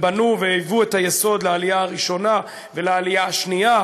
ובנו והיוו את היסוד לעלייה הראשונה ולעלייה השנייה